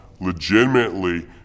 legitimately